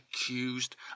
accused